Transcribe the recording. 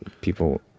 people